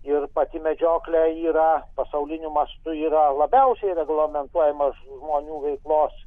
ir pati medžioklė yra pasauliniu mastu yra labiausiai reglamentuojama žmonių veiklos